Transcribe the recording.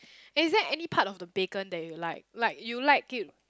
is there any part of the bacon that you like like you like it